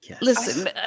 Listen